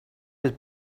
his